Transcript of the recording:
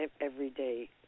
everyday